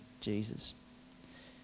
Jesus